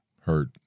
hurt